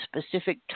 specific